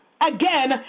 Again